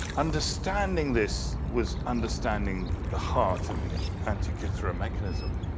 understanding this was understanding the heart of the antikythera mechanism.